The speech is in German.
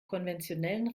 konventionellen